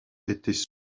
étaient